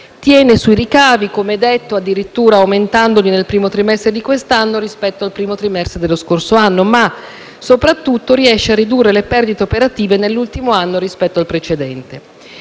tiene su ricavi (come detto addirittura aumentandoli nel primo trimestre di quest'anno, rispetto al primo trimestre dello scorso anno) ma soprattutto riesce a ridurre le perdite operative nell'ultimo anno rispetto al precedente.